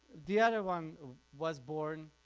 the other one was born